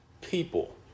people